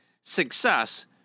success